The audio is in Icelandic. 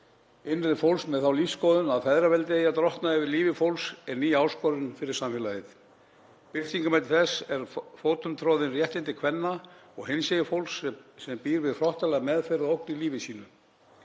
smáður. Fólk með þá lífsskoðun að feðraveldið eigi að drottna yfir lífi fólks er ný áskorun fyrir samfélagið. Birtingarmynd þess er fótum troðin réttindi kvenna og hinsegin fólks sem býr við hrottalega meðferð og ógn í lífi sínu.